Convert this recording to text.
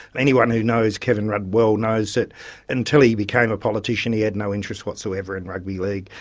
anyone who knows kevin rudd well knows that until he became a politician he had no interest whatsoever in rugby league,